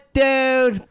dude